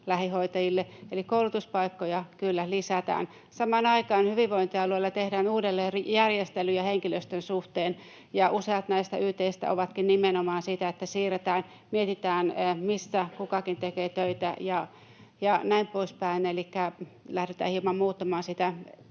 lähihoitajille, eli koulutuspaikkoja kyllä lisätään. Samaan aikaan hyvinvointialueilla tehdään uudelleenjärjestelyjä henkilöstön suhteen, ja useat näistä yt:istä ovatkin nimenomaan sitä, että siirretään, mietitään, missä kukakin tekee töitä, ja näin poispäin. Elikkä lähdetään hieman muuttamaan